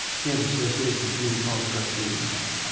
kansas association of community college trustees.